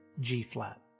G-flat